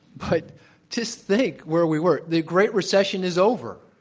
but, just think where we were, the great recession is over.